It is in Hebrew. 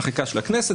החקיקה של הכנסת,